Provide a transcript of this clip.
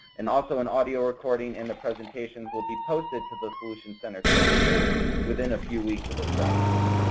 and also an audio recording in the presentation will be posted to the solutions center training page within a few weeks of this broadcast.